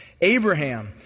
Abraham